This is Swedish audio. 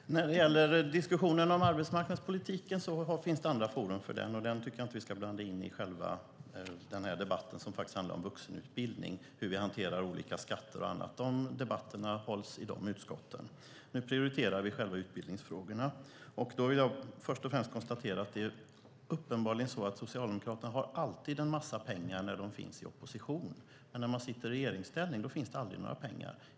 Fru talman! Det finns andra forum för diskussionen om arbetsmarknadspolitiken. Den ska vi inte blanda in i den här debatten om vuxenutbildningen. Debatter om hur vi hanterar skatter och annat hålls i de berörda utskotten. Nu prioriterar vi utbildningsfrågorna. Socialdemokraterna har uppenbarligen alltid en massa pengar när de är i opposition. När de sitter i regeringsställning finns det aldrig några pengar.